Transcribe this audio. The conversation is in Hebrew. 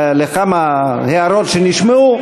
על כמה הערות שנשמעו,